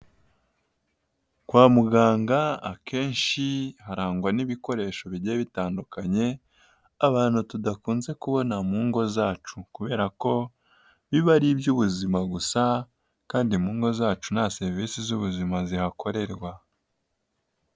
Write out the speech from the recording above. Kwa muganga, akenshi harangwa n'ibikoresho bigiye bitandukanye, abantu tudakunze kubona mu ngo zacu. Kubera ko biba ari iby'ubuzima gusa, kandi mu ngo zacu nta serivisi z'ubuzima zihakorerwa.